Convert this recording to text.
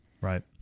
right